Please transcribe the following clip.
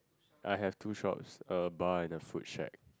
I have two shops uh by the food shack